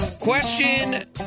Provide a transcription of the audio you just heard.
Question